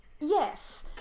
Yes